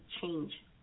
change